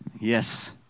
Yes